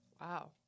Wow